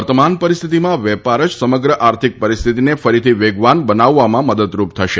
વર્તમાન પરિસ્થિતિમાં વેપાર જ સમગ્ર આર્થિક પરિસ્થિતિને ફરીથી વેગવાન બનાવવામાં મદદરૂપ થશે